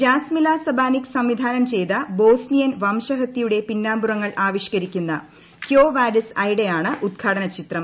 Jasmila Zbanic സംവിധാനം ചെയ്ത Bosnian വംശഹത്യയുടെ പിന്നാമ്പുറങ്ങൾ ആവിഷ്ക്കരിക്കുന്ന കോ വാഡിസ് ഐഡ ആണ് ഉദ്ഘാടന ചിത്രം